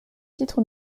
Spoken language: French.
titre